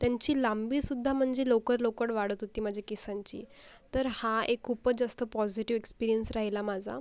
त्यांची लांबीसुद्धा म्हणजे लवकर लवकड वाढत होती माझे केसांची तर हा एक खूपच जास्त पॉजिटीव एक्स्पिरीयन्स राहिला माझा